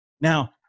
Now